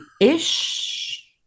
ish